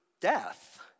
death